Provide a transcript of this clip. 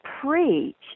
preach